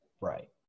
Right